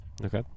Okay